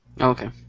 Okay